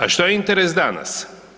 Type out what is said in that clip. A što je interes danas?